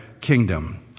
kingdom